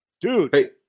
dude